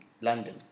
London